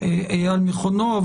על מכונו,